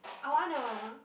I wanna